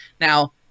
Now